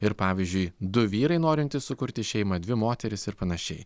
ir pavyzdžiui du vyrai norintys sukurti šeimą dvi moterys ir panašiai